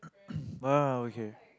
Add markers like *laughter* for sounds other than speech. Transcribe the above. *coughs* ah okay